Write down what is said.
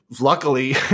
luckily